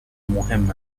مهم